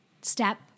step